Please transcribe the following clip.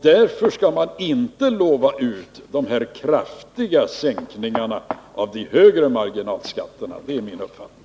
Därför skall man inte utlova kraftiga sänkningar av de högre marginalskatterna som en förstahandsfråga. Det är min uppfattning.